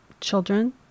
children